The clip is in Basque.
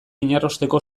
inarrosteko